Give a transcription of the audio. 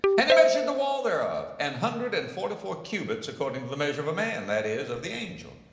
and he measured the wall thereof, an hundred and forty-four cubits, according to the measure of a man, that is, of the angel.